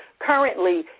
currently,